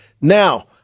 Now